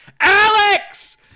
alex